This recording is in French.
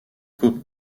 coupe